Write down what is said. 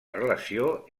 relació